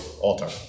alter